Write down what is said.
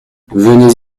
venez